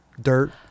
dirt